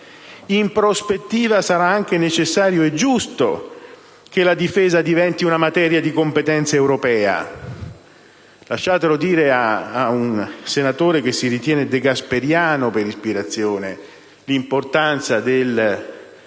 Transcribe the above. In prospettiva sarà anche necessario e giusto che la difesa diventi una materia di competenza europea. Lasciate ricordare ad un senatore che si ritiene degasperiano per ispirazione l''importanza del